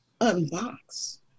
unbox